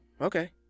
okay